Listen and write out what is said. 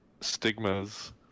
stigmas